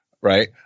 right